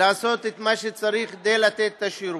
לעשות את מה שצריך כדי לתת את השירות.